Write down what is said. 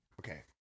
Okay